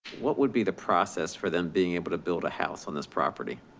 what would be the process for them being able to build a house on this property,